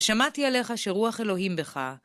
שמעתי עליך שרוח אלוהים בך.